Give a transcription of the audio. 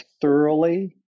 thoroughly –